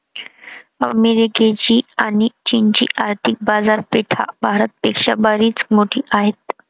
अमेरिकेची आणी चीनची आर्थिक बाजारपेठा भारत पेक्षा बरीच मोठी आहेत